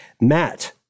Matt